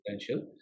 potential